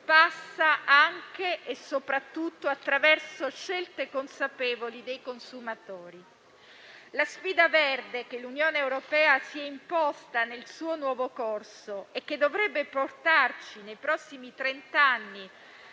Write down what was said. passa anche e soprattutto attraverso scelte consapevoli dei consumatori. La sfida verde che l'Unione europea si è imposta nel suo nuovo corso e che dovrebbe portarci nei prossimi trenta anni